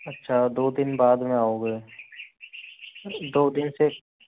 अच्छा दो दिन बाद में आओगे दो दिन से